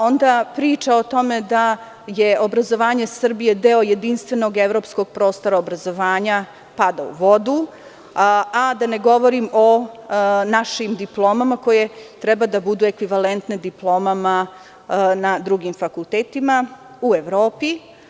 Onda priča o tome da je obrazovanje Srbije deo jedinstvenog evropskog prostora obrazovanja pada u vodu, a da ne govorim o našim diplomama koje trebaju da budu ekvivalentne diplomama na drugim fakultetima u Evropi.